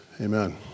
Amen